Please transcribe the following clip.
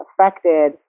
affected